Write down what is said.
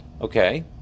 Okay